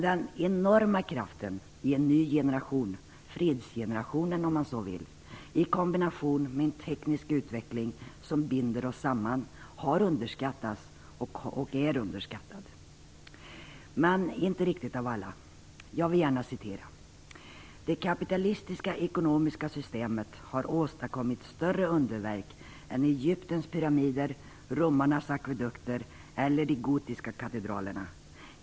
Den enorma kraften i en ny generation - fredsgenerationen, om man så vill - i kombination med en teknisk utveckling som binder oss samman har underskattats och är underskattad. Men inte riktigt av alla. Jag vill gärna citera: "Det kapitalistiska ekonomiska systemet har åstadkommit större underverk än Egyptens pyramider, romarnas akvedukter eller de gotiska katedralerna.